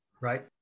Right